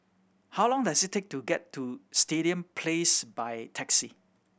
how long does it take to get to Stadium Place by taxi